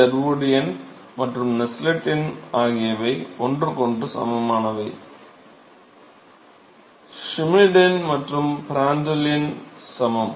Sherwood எண் மற்றும் Nusselt எண் ஆகியவை ஒன்றுக்கொன்று சமமானவை ஷ்மிட் எண் மற்றும் பிராண்ட்டல் எண் சமம்